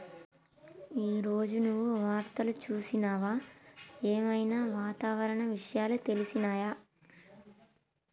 ఈ రోజు నువ్వు వార్తలు చూసినవా? ఏం ఐనా వాతావరణ విషయాలు తెలిసినయా?